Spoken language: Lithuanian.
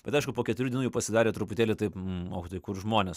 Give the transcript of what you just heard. bet aišku po keturių dienų jau pasidarė truputėlį taip o tai kur žmonės